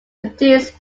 produced